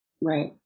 Right